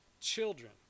children